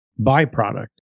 byproduct